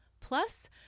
plus